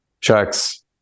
checks